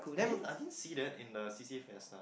I didn't I didn't see that in the C_C_A fiesta